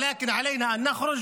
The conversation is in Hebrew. חבריי חברי הכנסת, אני רוצה לפתוח